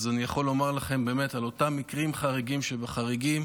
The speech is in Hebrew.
אז אני יכול לומר לכם על אותם מקרים חריגים שבחריגים,